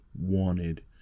wanted